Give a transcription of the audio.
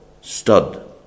stud